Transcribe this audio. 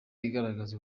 igaragaza